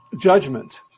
judgment